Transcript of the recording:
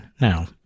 now